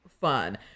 fun